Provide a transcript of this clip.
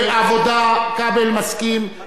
העבודה, כבל מסכים.